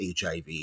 hiv